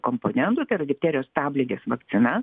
komponentu tai yra difterijos stabligės vakcina